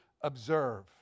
observe